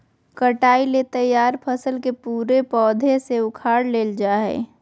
कटाई ले तैयार फसल के पूरे पौधा से उखाड़ लेल जाय हइ